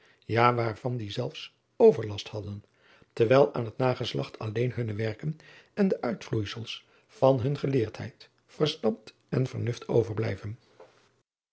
ja waarvan die zelfs overlast hadden terwijl aan het nageslacht alleen hunne werken en de uitvloeisels van hun geleerdheid verstand en vernuft overblijven